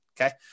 okay